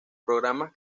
programas